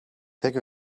pick